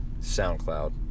SoundCloud